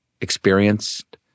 experienced